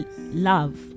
love